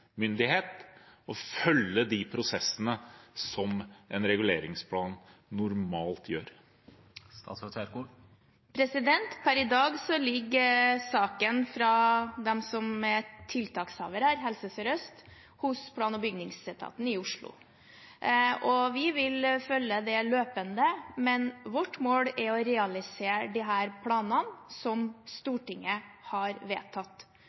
og følge de prosessene som en reguleringsplan normalt gjør? Per i dag ligger saken fra tiltakshaveren, som er Helse Sør-Øst, hos plan- og bygningsetaten i Oslo. Vi vil følge det løpende, men vårt mål er å realisere de planene som Stortinget har vedtatt.